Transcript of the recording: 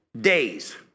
days